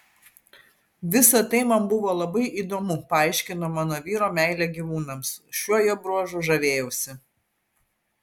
visa tai man buvo labai įdomu paaiškino mano vyro meilę gyvūnams šiuo jo bruožu žavėjausi